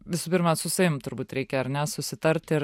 visų pirma su savim turbūt reikia ar ne susitart ir